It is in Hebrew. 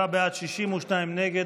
47 בעד, 62 נגד.